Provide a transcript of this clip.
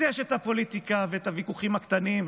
אז יש פוליטיקה והוויכוחים הקטנים,